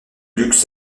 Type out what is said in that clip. lux